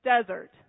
desert